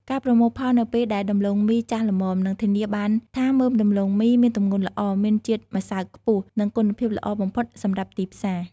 ការប្រមូលផលនៅពេលដែលដំឡូងមីចាស់ល្មម នឹងធានាបានថាមើមដំឡូងមីមានទម្ងន់ល្អ មានជាតិម្សៅខ្ពស់ និងគុណភាពល្អបំផុតសម្រាប់ទីផ្សារ។